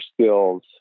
skills